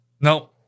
No